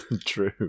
True